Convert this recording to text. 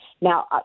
Now